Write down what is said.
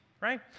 right